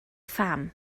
pham